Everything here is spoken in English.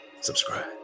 subscribe